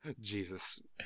Jesus